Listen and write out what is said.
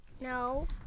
No